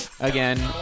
Again